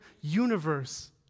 universe